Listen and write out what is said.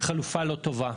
חלופה לא טובה.